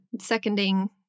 Seconding